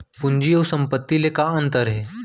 पूंजी अऊ संपत्ति ले का अंतर हे?